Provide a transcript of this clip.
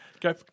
go